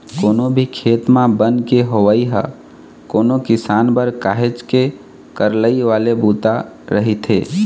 कोनो भी खेत म बन के होवई ह कोनो किसान बर काहेच के करलई वाले बूता रहिथे